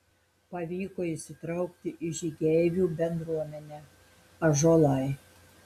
pavyko įsitraukti į žygeivių bendruomenę ąžuolai